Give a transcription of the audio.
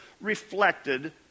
reflected